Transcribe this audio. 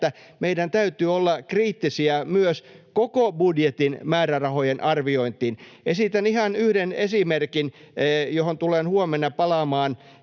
että meidän täytyy olla kriittisiä myös koko budjetin määrärahojen arvioinnin suhteen. Esitän yhden esimerkin, johon tulen huomenna palaamaan.